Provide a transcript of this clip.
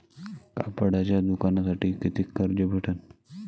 कापडाच्या दुकानासाठी कितीक कर्ज भेटन?